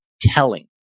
telling